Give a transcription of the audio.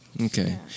Okay